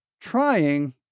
trying